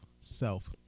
self